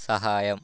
സഹായം